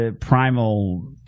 primal